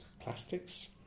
plastics